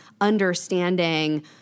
understanding